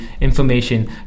information